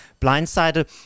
blindsided